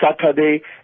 Saturday